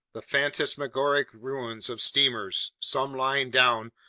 the phantasmagoric ruins of steamers, some lying down,